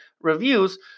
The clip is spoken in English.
reviews